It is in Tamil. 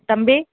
தம்பி